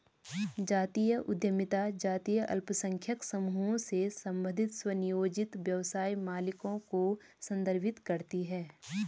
जातीय उद्यमिता जातीय अल्पसंख्यक समूहों से संबंधित स्वनियोजित व्यवसाय मालिकों को संदर्भित करती है